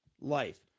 life